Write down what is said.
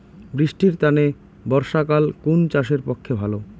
বৃষ্টির তানে বর্ষাকাল কুন চাষের পক্ষে ভালো?